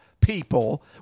people